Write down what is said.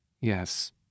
Yes